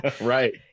Right